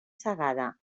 cegada